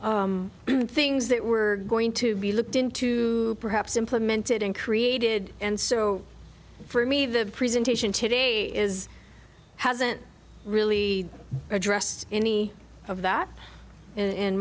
things that were going to be looked into perhaps implemented and created and so for me the presentation today is hasn't really addressed any of that in